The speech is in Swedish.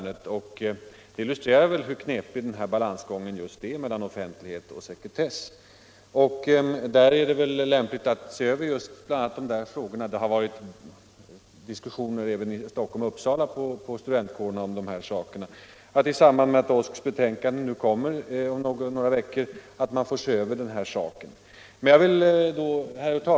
Det illustrerar väl hur svår balansgången mellan offentlighet och sekretess är. Det är väl lämpligt att se över de här frågorna — det har varit diskussioner om det på studentkårerna även i Stockholm och Uppsala — då OSK:s betänkande om några veckor läggs fram.